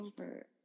over